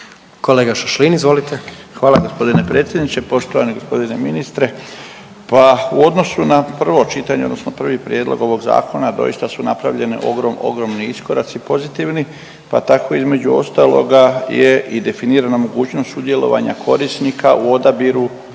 **Šašlin, Stipan (HDZ)** Hvala g. predsjedniče. Poštovani g. ministre. Pa u odnosu na prvo čitanje, odnosno prvi prijedlog ovog Zakona, doista su napravljene ogromne, ogromni iskoraci pozitivni pa tako između ostaloga je i definirana mogućnost sudjelovanja korisnika u odabiru,